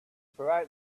throughout